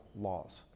laws